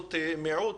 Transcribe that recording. קבוצות מיעוט.